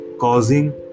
causing